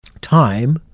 Time